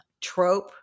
trope